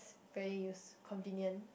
very use convenient